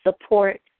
support